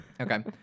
Okay